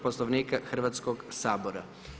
Poslovnika Hrvatskoga sabora.